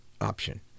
option